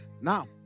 Now